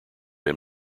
him